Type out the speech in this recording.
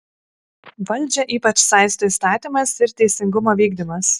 valdžią ypač saisto įstatymas ir teisingumo vykdymas